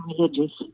religious